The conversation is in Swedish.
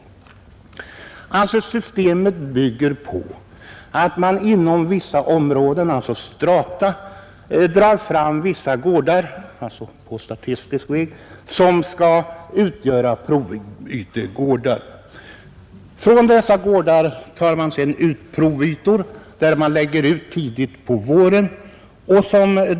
Systemet bygger på att man inom vissa områden, strata, på statistisk väg tar fram vissa gårdar som skall utgöra provytegårdar. Från dessa tar man sedan provytor som man lägger ut tidigt på våren.